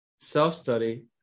self-study